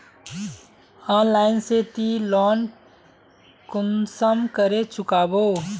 Online से ती loan कुंसम करे चुकाबो?